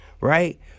right